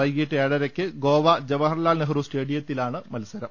വൈകീട്ട് ഏഴരയ്ക്ക് ഗോവ ജവഹർലാൽനെഹ്റു സ്റ്റേഡിയത്തിലാണ് മത്സരം